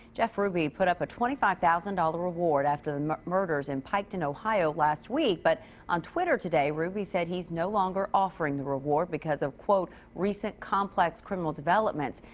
jeff ruby put up a twenty five thousand dollar reward after the murders in piketon, ohio last week. but on twitter today. ruby said he's no longer offering the reward because of quote recent complex criminal developments.